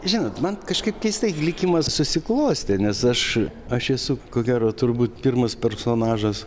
žinot man kažkaip keistai likimas susiklostė nes aš aš esu ko gero turbūt pirmas personažas